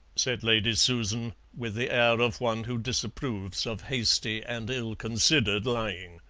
said lady susan, with the air of one who disapproves of hasty and ill-considered lying.